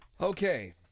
Okay